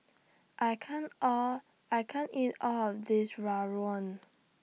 I can't All I can't eat All of This Rawon